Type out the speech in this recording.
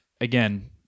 again